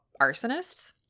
arsonists